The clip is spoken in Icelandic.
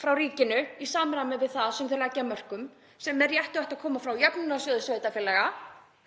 frá ríkinu í samræmi við það sem þau leggja af mörkum sem með réttu ætti að koma frá Jöfnunarsjóði sveitarfélaga.